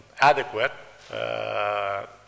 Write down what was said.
adequate